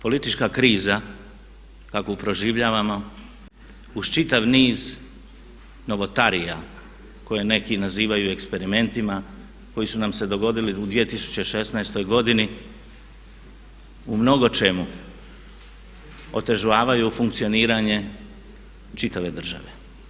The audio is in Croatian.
Politička kriza kakvu proživljavamo uz čitav niz novotarija koje neki nazivaju eksperimentima koji su nam se dogodili u 2016.godini u mnogočemu otežavaju funkcioniranje čitave države.